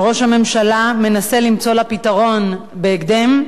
שראש הממשלה מנסה למצוא לה פתרון בהקדם,